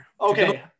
Okay